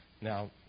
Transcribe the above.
Now